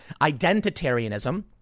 identitarianism